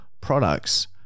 products